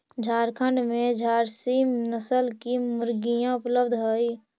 झारखण्ड में झारसीम नस्ल की मुर्गियाँ उपलब्ध हई